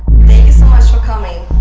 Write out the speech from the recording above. thank you so much for coming.